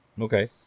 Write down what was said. Okay